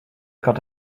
got